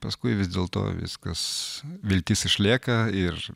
paskui vis dėl to viskas viltis išlieka ir